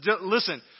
listen